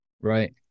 right